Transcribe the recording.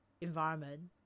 environment